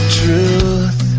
truth